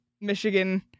michigan